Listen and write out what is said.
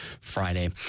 Friday